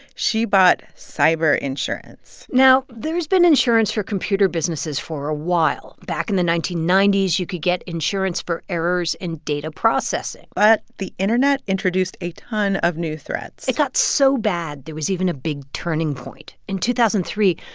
she bought cyber insurance now, there's been insurance for computer businesses for a while. back in the nineteen ninety s, you could get insurance for errors in data processing but the internet introduced a ton of new threats it got so bad, there was even a big turning point. in two thousand and three,